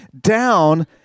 down